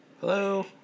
hello